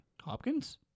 Hopkins